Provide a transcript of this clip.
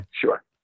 Sure